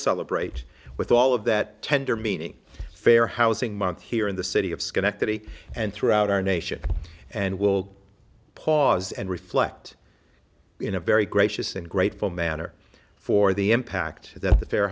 celebrate with all of that tender meaning fair housing month here in the city of schenectady and throughout our nation and we'll pause and reflect in a very gracious and grateful manner for the impact that the fa